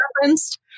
referenced